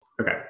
Okay